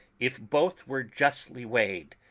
if both were justly weighed,